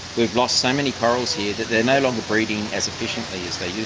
we've lost so many corals here that they are no longer breeding as efficiently as they